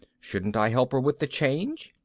shouldn't i help her with the change?